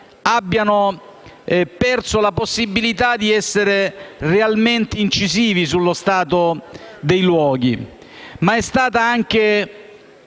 venir meno la possibilità di essere realmente incisivi sullo stato dei luoghi. Ma è stata anche